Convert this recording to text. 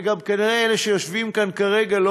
וכנראה גם אלה שיושבים כאן כרגע לא